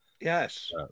Yes